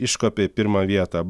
iškopė į pirmą vietą